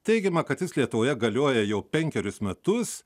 teigiama kad jis lietuvoje galioja jau penkerius metus